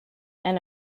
and